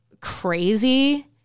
crazy